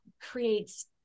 creates